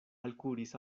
alkuris